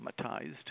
traumatized